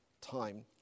time